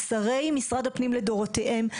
שרי משרד הפנים לדורותיהם.